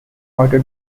audio